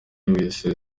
wese